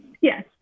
Yes